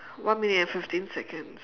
one minute and fifteen seconds